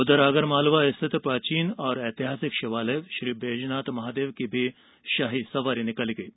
उधर आगरमालवा स्थित प्राचीन व ऐतिहासिक शिवालय श्रीबैजनाथ महादेव की शाही सवारी निकाली गयी